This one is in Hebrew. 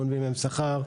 גונבים מהם שכר,